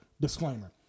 disclaimer